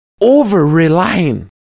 over-relying